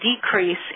decrease